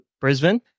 Brisbane